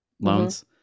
loans